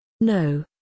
No